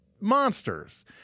monsters